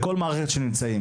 בכל מערכת שנמצאים.